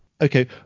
Okay